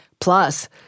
Plus